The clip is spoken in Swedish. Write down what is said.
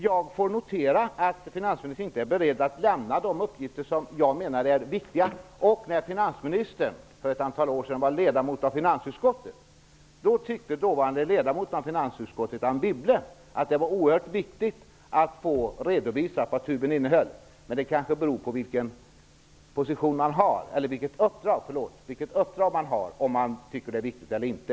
Jag får notera att finansministern inte är beredd att lämna de uppgifter som jag menar är viktiga. När finansministern för ett antal år sedan var ledamot av finansutskottet, tyckte dåvarande ledamoten av finansutskottet Anne Wibble att det var oerhört viktigt att få redovisat vad den s.k. tuben innehöll. Men det kanske beror på vilket uppdrag man har om man tycker att det är viktigt eller inte.